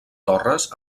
torres